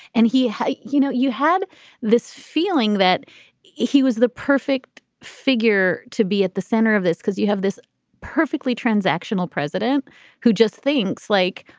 and he hey, you know, you had this feeling that he was the perfect figure to be at the center of this, because you have this perfectly transactional president who just thinks like,